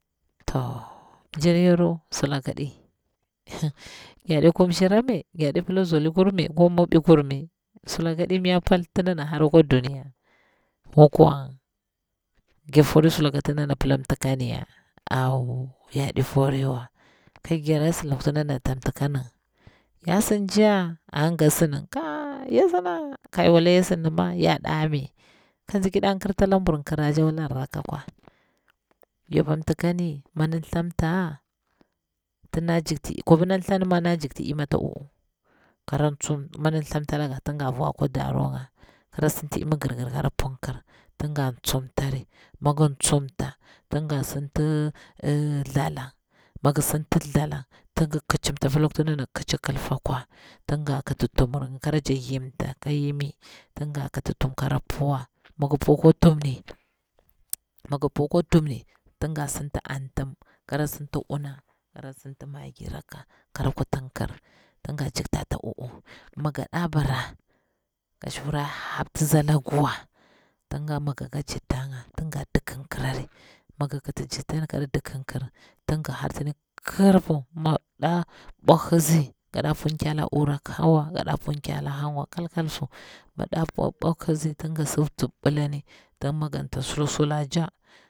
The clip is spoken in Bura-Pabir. Toh mjir yaru sulaka ɗi hig gyaɗe kumshira me, gyaɗe pila zoli kur mai, ko mwabi kur mai, sulaka ɗi mya pal ti dana hara akwa duniya wakwan gir fori sulaka tindana pila mtikan ya, a wo yaɗi foriwa, ka gira sidi loktin dana tamtikani yasin ja an ngi ga sidi, ka yasinda ka wala yasindinma yaɗa ɓi, ka nzi ki daa kirta labur kira ja wala an rakka akwa yapamtikani mmidin thamta. tinda jikti kwabi ndan thlani ma da jikti imi ata u'uwu, kara ntsum mi ndiki thalmtalaga tinga vuwa akwa daronga kara sinti imi gir gir kara punkir tin ga tsumtari, mi gi tsumta tin ga sinti thlalang, mi gi sinti thlalang tigi kicimta apa lokti ndana kici kilfa kwa tin ga kiti tuwumur nga kara jar yimta ka yimi tin ga kiti tuwum kara puwa, mi gi pow kwa tuwumirni migi pow kwa tuwumirni tinga sinti antim, kara sinti uwa kara sinti maggirakka kara kurtinkir tinga jikta ata u'uwu, mi ga ɗa bara ka shura haptisi lagi wa tin mi gika cittanga tin ga dikin kirari, mi gi kiti cittan ka di kin kar tinga hartini kirippu, mi ɗa bwahisi gaɗa punkwala uwu rakkawa gaɗa punkwala hang wa, kal kal. miki ɗa ɓohizi tin gi si juɓɓulani tin miganta sulsulaja